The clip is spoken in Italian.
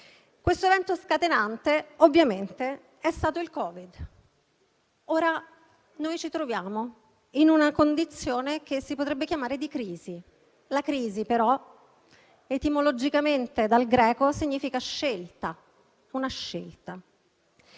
Questo evento scatenante ovviamente è stato il Covid. Noi ci troviamo ora in una condizione che si potrebbe chiamare di crisi. La crisi però etimologicamente, dal greco, significa «scelta». Con il